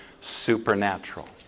supernatural